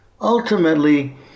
Ultimately